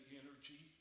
energy